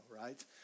right